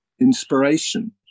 inspiration